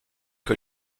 que